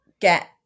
get